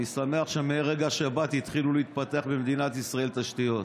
אני שמח שמרגע שבאת התחילו להתפתח במדינת ישראל תשתיות.